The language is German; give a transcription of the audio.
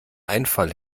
einfall